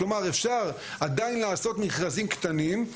כלומר אפשר עדיין לעשות מכרזים קטנים.